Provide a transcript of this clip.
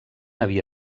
havia